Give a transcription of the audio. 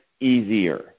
easier